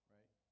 Right